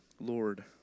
Lord